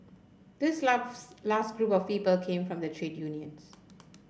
this loves last group of came from the trade unions